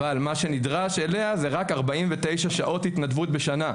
אבל מה שנדרש אליה זה רק 49 שעות התנדבות בשנה.